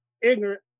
ignorant